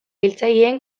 hiltzaileen